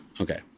Okay